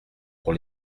pour